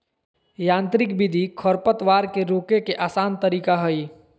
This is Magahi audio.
यांत्रिक विधि खरपतवार के रोके के आसन तरीका हइ